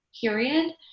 period